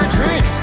drink